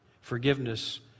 forgiveness